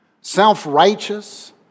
self-righteous